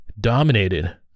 dominated